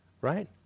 right